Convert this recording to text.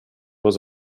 was